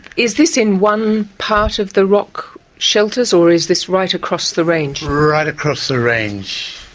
is this in one part of the rock shelters or is this right across the range? right across the range.